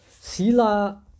sila